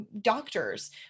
doctors